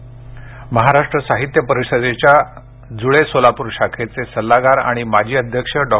निधन महाराष्ट्र साहित्य परिषदेच्या जुळे सोलापूर शाखेचे सल्लागार आणि माजी अध्यक्ष डॉ